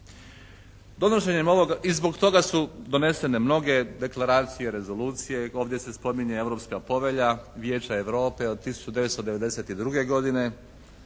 Donošenjem ovog i zbog toga su donesene mnoge deklaracije, rezolucije. Ovdje se spominje Europska povelja Vijeća Europe od 1992. godine,